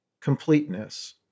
completeness